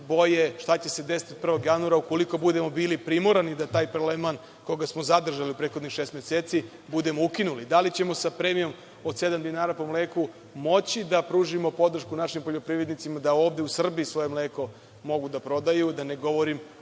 boje šta će se desiti 1. januara ukoliko budemo bili primorani da taj prelevman, koga smo zadržali u prethodnih šest meseci, budemo ukinuli. Da li ćemo sa premijom od sedam dinara po mleku moći da pružimo podršku našim poljoprivrednicima da ovde u Srbiji svoje mleko mogu da prodaju, da ne govorim